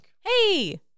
Hey